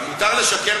מותר לשקר